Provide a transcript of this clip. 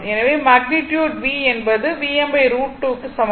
எனவே magnitude v என்பது Vm√ 2 க்கு சமம்